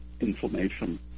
inflammation